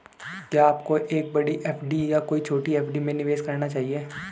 क्या आपको एक बड़ी एफ.डी या कई छोटी एफ.डी में निवेश करना चाहिए?